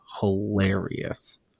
hilarious